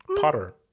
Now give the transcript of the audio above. Potter